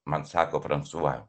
man sako francua